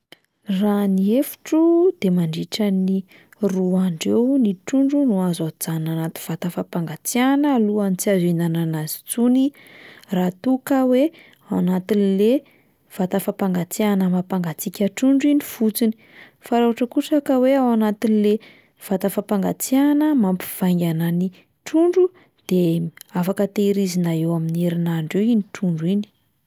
Raha ny hevitro de mandritran'ny roa andro eo ny trondro no azo ajanona anaty vata fampangatsiahana alohan'ny tsy azo ihinanana azy intsony raha toa ka hoe ao anatin'le vata fampangatsiahana mampangatsiaka trondro iny fotsiny, fa raha ohatra kosa ka hoe ao anatin'le vata fampangatsiahana mampivaingana ny trondro de afaka tahirizina eo amin'ny herinandro eo iny trondro iny.